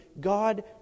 God